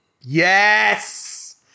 Yes